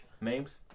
names